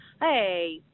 hey